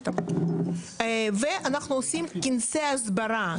ואנחנו עושים כנסי הסברה,